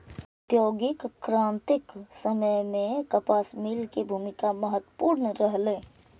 औद्योगिक क्रांतिक समय मे कपास मिल के भूमिका महत्वपूर्ण रहलै